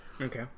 okay